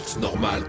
Normal